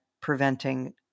preventing